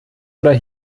oder